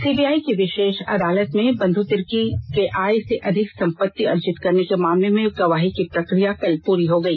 CBI की विशेष अदालत में विधायक बंधु तिर्की के आय से अधिक संपत्ति अर्जित करने के मामले में गवाही की प्रक्रिया कल पूरी हो गई